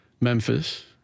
Memphis